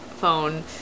phone